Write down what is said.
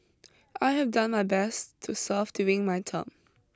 I have done my best to serve during my term